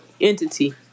entity